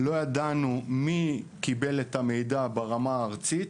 לא ידענו מי קיבל את המידע ברמה הארצית.